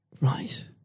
Right